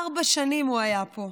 ארבע שנים הוא היה פה.